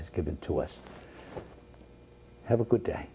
has given to us have a good day